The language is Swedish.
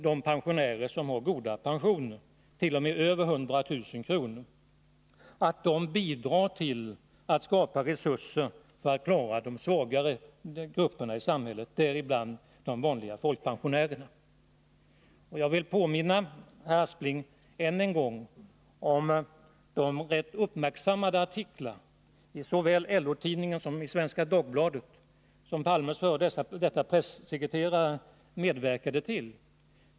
de pensionärer som har goda pensioner — det finns de som hart.o.m. över 100 000 kr. — bidrar till att skapa resurser för att klara de svagare grupperna i samhället, däribland de vanliga folkpensionärerna. Jag vill än en gång påminna herr Aspling om de rätt uppmärksammade artiklar i såväl LO-tidningen som Svenska Dagbladet som Olof Palmes f. d. pressekreterare medverkat till.